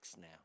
now